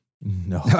No